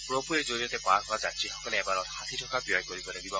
ৰপৱেৰ জৰিয়তে পাৰ হোৱা যাত্ৰীসকলে এবাৰত ষাঠি টকা ব্যয় কৰিব লাগিব